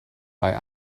bei